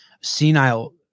senile